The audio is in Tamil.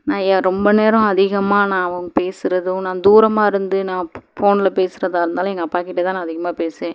நான் எ ரொம்ப நேரம் அதிகமாக நான் பேசுகிறதும் நான் தூரமாக இருந்து நான் ஃபோ ஃபோன்ல பேசுகிறதா இருந்தாலும் எங்கள் அப்பாக்கிட்ட தான் நான் அதிகமாக பேசுவேன்